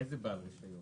איזה בעל רישיון?